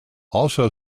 also